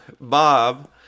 Bob